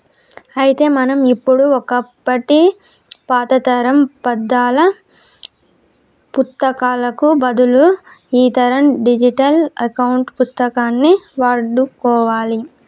అయితే మనం ఇప్పుడు ఒకప్పటి పాతతరం పద్దాల పుత్తకాలకు బదులు ఈతరం డిజిటల్ అకౌంట్ పుస్తకాన్ని వాడుకోవాలి